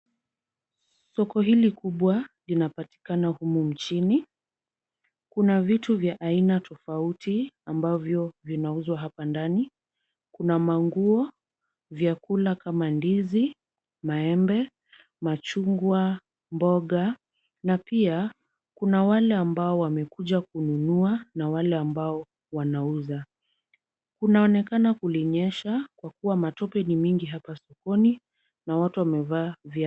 Soko hili kubwa linapatikana humu nchini. Kuna vitu vya aina tofauti ambavyo vinauzwa hapa ndani. Kuna manguo, vyakula kama ndizi, maembe, machungwa, mboga na pia kuna wale ambao wamekuja kununua na wale ambao wanauza. Kunaonekana kulinyesha kwa kuwa matope ni nyingi hapa sokoni na watu wamevaa viatu.